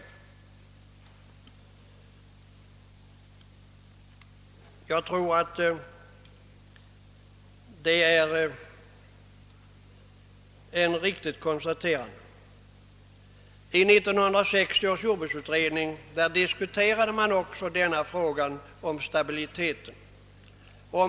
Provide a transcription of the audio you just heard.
Jag tror att det är ett riktigt konstaterande. I 1969 års jordbruksutredning diskuterade man också frågan om stabilitet.